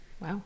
Wow